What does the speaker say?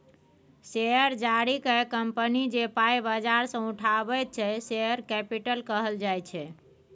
share जारी कए company जे पाइ बजार सँ उठाबैत छै शेयर कैपिटल कहल जाइ छै